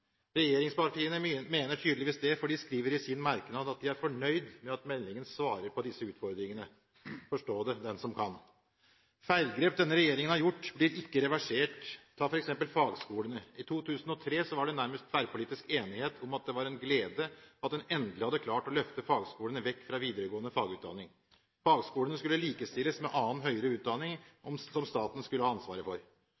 mener tydeligvis det, for de skriver i sin merknad at de er fornøyd med at meldingen svarer på disse utfordringene. Forstå det, den som kan. Feilgrep denne regjeringen har gjort, blir ikke reversert. La meg nevne f.eks. fagskolene. I 2003 var det nærmest tverrpolitisk enighet om at det var en glede at en endelig hadde klart å løfte fagskolene vekk fra videregående fagutdanning. Fagskolene skulle likestilles med annen høyere utdanning,